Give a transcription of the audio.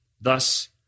Thus